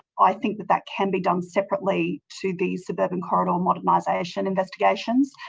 i think that that can be done separately to the suburban corridor modernisation investigations.